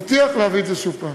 מבטיח להביא את זה שוב.